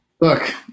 Look